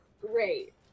Great